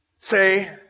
say